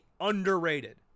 underrated